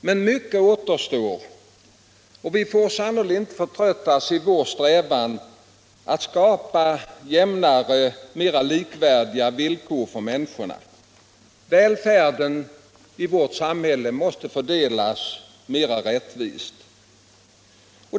Men mycket återstår, och vi får sannerligen inte förtröttas i vår strävan att skapa jämnare, mera likvärdiga villkor för människorna. Välfärden i vårt samhälle måste fördelas mer rättvist.